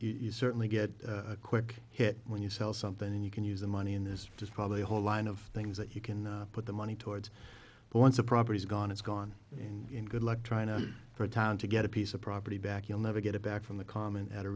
low you certainly get a quick hit when you sell something and you can use the money in there is just probably a whole line of things that you can put the money towards but once a property is gone it's gone and in good luck trying to for a time to get a piece of property back you'll never get it back from the comment at a